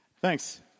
Thanks